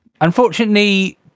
unfortunately